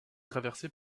traversée